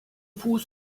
fuß